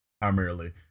primarily